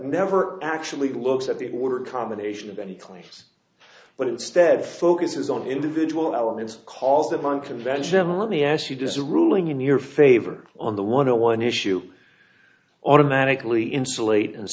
never actually looks at the order combination of any claims but instead focuses on individual elements cause them unconventional let me ask you does ruling in your favor on the one on one issue automatically insulate and